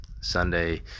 sunday